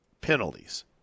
penalties